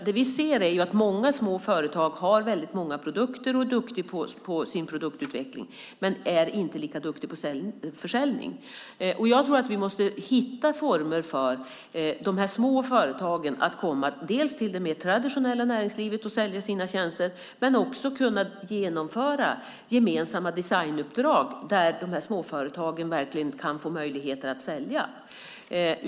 Det vi ser är att många små företag har väldigt många produkter och är duktiga på sin produktutveckling, men de är inte lika duktiga på försäljning. Jag tror att vi måste hitta former för de här små företagen att dels komma till det mer traditionella näringslivet och sälja sina tjänster, dels kunna genomföra gemensamma designuppdrag där de här småföretagen verkligen kan få möjligheter att sälja.